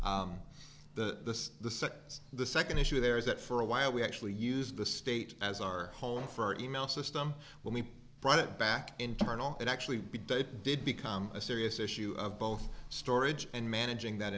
the the second issue there is that for a while we actually use the state as our home for our e mail system when we brought it back internal that actually did become a serious issue of both storage and managing that